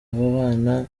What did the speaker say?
ababana